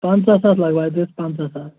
پنٛژاہ ساس لَگہِ واتہِ ہس پنٛژاہ ساس